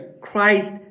Christ